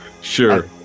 Sure